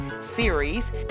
series